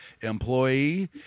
employee